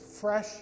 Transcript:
fresh